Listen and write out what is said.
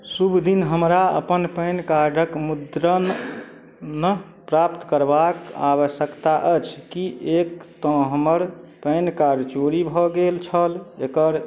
शुभ दिन हमरा अपन पैन कार्डके मुद्रण न प्राप्त करबाक आवश्यकता अछि कि एक तँ हमर पैन कार्ड चोरी भऽ गेल छल एकर